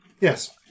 Yes